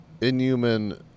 inhuman